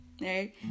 right